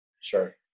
Sure